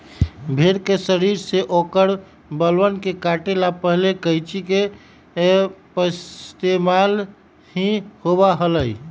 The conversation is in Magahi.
भेड़ के शरीर से औकर बलवन के काटे ला पहले कैंची के पइस्तेमाल ही होबा हलय